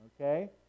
Okay